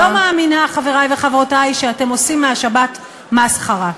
לא מאמינה, חברי וחברותי, שאתם עושים מהשבת מסחרה.